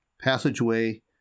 passageway